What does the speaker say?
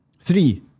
three